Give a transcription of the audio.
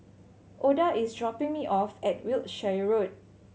Oda is dropping me off at Wiltshire Road